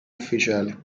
ufficiale